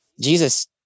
Jesus